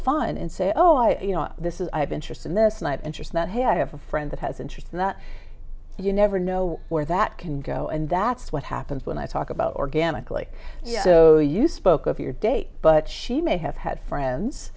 fun and say oh i you know this is i have interest in this night interest that hey i have a friend that has interest and that you never know where that can go and that's what happens when i talk about organically so you spoke of your date but she may have had friends